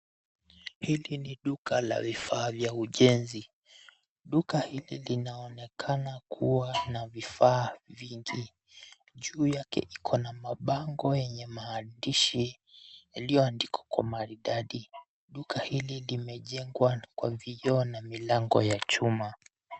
Hili ni duka la vifaa vya ujenzi. Duka hili linaonekana kuwa na vifaa vingi. Juu yake iko na mabango yenye maandishi yaliyoandikwa kwa maridadi. Duka hili limejengwa kwa vioo na milango ya chuma.